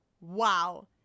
Wow